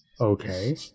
okay